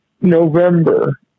November